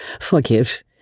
forgive